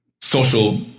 social